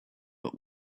but